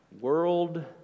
World